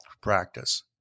practice